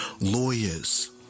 lawyers